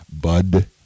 Bud